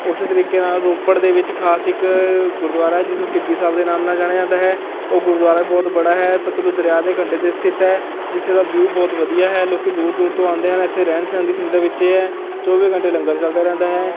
ਉਸ ਤਰੀਕੇ ਨਾਲ਼ ਰੋਪੜ ਦੇ ਵਿੱਚ ਖਾਸ ਇੱਕ ਗੁਰਦੁਆਰਾ ਹੈ ਜਿਸਨੂੰ ਟਿੱਬੀ ਸਾਹਿਬ ਦੇ ਨਾਮ ਨਾਲ ਜਾਣਿਆ ਜਾਂਦਾ ਹੈ ਉਹ ਗੁਰਦੁਆਰਾ ਬਹੁਤ ਬੜਾ ਹੈ ਸਤਲੁਜ ਦਰਿਆ ਦੇ ਕੰਢੇ 'ਤੇ ਸਥਿਤ ਹੈ ਜਿੱਥੇ ਦਾ ਵਿਊ ਬਹੁਤ ਵਧੀਆ ਹੈ ਲੋਕ ਦੂਰ ਦੂਰ ਤੋਂ ਆਉਂਦੇ ਹਨ ਇੱਥੇ ਰਹਿਣ ਸਹਿਣ ਦੀ ਸੁਵਿਧਾ ਵਿੱਚ ਹੀ ਹੈ ਚੌਵੀ ਘੰਟੇ ਲੰਗਰ ਚਲਦਾ ਰਹਿੰਦਾ ਹੈ